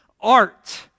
art